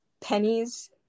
pennies